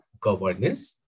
governance